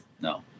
no